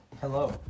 Hello